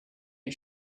you